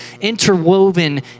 interwoven